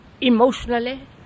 emotionally